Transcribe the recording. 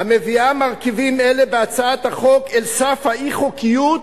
המביאה מרכיבים אלה בהצעת החוק אל סף האי-חוקיות,